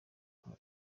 nka